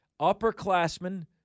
upperclassmen